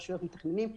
רשויות מתכננים,